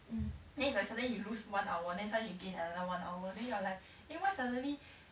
mm